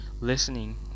listening